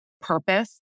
purpose